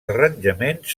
arranjaments